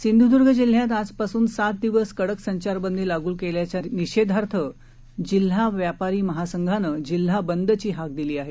सिंधूदूर्ग जिल्ह्यात आजपासून सात दिवस कडक संचारबंदी लागू केल्याच्या निषेधार्थ जिल्हा व्यापारी महासंघाने जिल्हा बंद ची हाक दिली आहे